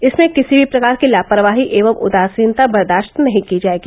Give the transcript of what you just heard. इसमें किसी भी प्रकार की लापरवाही एवं उदासीनता बर्दाश्त नहीं की जायेगी